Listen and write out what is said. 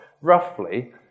roughly